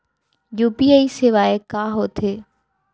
UPI सेवाएं का होथे?